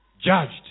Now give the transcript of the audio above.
Judged